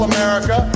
America